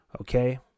Okay